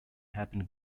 happen